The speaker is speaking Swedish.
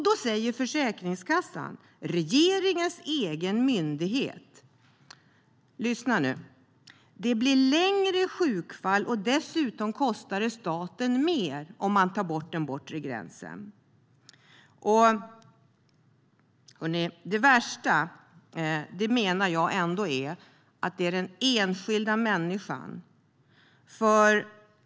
Då säger Försäkringskassan, regeringens egen myndighet, att det blir längre sjukfall och dessutom kostar staten mer om man tar bort den bortre tidsgränsen. Värst menar jag ändå att det är för den enskilda människan.